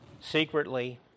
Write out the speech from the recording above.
secretly